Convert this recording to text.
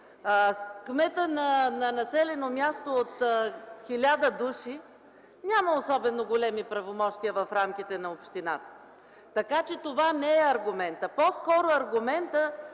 Кметът на населено място от 1000 души няма особено големи правомощия в рамките на общината. Така че това не е аргумент. По-скоро аргументът